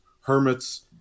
hermits